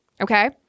okay